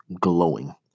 glowing